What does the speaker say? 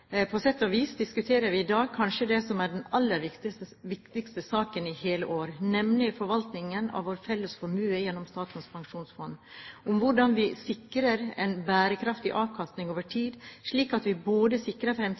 På sett og vis diskuterer vi i dag kanskje det som er den aller viktigste saken i hele år, nemlig forvaltningen av vår felles formue gjennom Statens pensjonsfond, om hvordan vi sikrer en bærekraftig avkastning over tid, slik at vi sikrer både